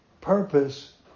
purpose